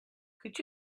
could